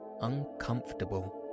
uncomfortable